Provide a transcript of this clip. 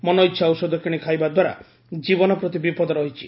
ମନଇଛା ଔଷଧ କିଶି ଖାଇବାଦ୍ୱାରା ଜୀବନ ପ୍ରତି ବିପଦ ରହିଛି